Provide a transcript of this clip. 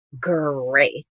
great